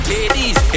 Ladies